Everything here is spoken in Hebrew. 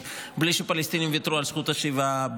בלי שהפלסטינים ויתרו על זכות השיבה,